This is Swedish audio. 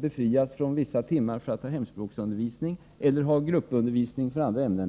befrias ju enligt vårt hemspråkssystem från vissa lektioner för att få hemspråksundervisning. Eleverna har också gruppundervisning i vissa ämnen.